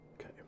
Okay